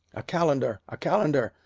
a calendar, a calendar!